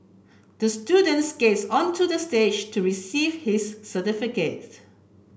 the student skated onto the stage to receive his certificate